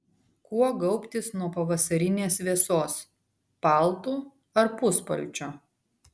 kuo gaubtis nuo pavasarinės vėsos paltu ar puspalčiu